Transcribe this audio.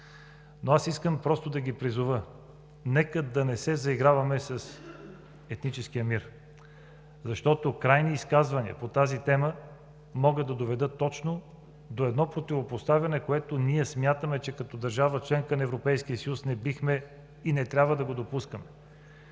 Но аз искам просто да ги призова – нека да не се заиграваме с етническия мир, защото крайни изказвания по тази тема могат да доведат точно до едно противопоставяне, което ние смятаме, че като държава – членка на Европейския съюз, не бихме и не трябва да го допускаме.